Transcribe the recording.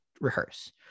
rehearse